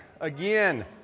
Again